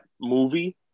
movie